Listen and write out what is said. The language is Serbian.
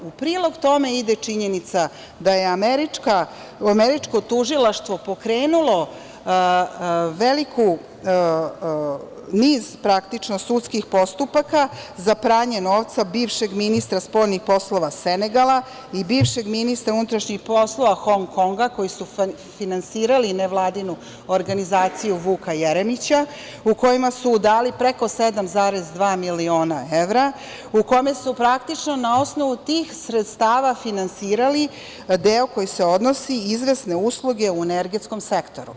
U prilog tome ide činjenica da je američko tužilaštvo pokrenulo niz sudskih postupaka za pranje novca bivšeg ministra spoljnih poslova Senegala i bivšeg ministra unutrašnjih poslova Hong Konga, koji su finansirali nevladinu organizaciju Vuka Jeremića, u kojima su dali preko 7,2 miliona evra, u kome su praktično na osnovu tih sredstava finansirali deo koji se odnosi na izvesne usluge u energetskom sektoru.